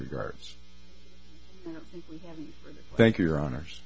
regards thank you your honors